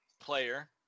player